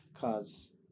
cause